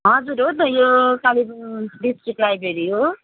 हजुर हो त यो कालेबुङ डिस्ट्रिक लाइब्रेरी हो